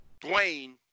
Dwayne